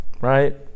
right